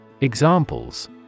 Examples